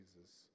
Jesus